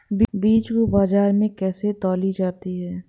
बीज को बाजार में कैसे तौली जाती है?